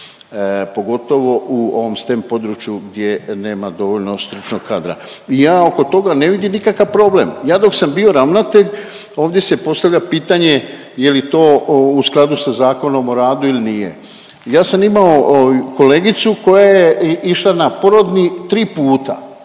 pogotovo u ovom STEM području gdje nema dovoljno stručnog kadara. Ja oko toga ne vidim nikakav problem. Ja dok sam bio ravnatelj ovdje se postavlja pitanje je li to u skladu sa Zakonom o radu ili nije. Ja sam imao kolegicu koja je išla na porodni 3 puta,